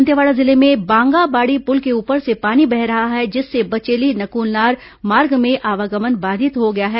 दंतेवाड़ा जिले में बांगाबाड़ी पुल के ऊपर से पानी बह रहा है जिससे बचेली नकुलनार मार्ग में आवागमन बाधित हो गया है